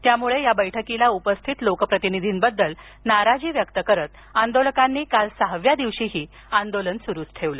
त्यामुळे या बैठकीला उपस्थित लोकप्रतिनिधींबद्दल नाराजी व्यक्त करतआंदोलकांनी काल सहाव्या दिवशीही आंदोलन सुरूच ठेवलं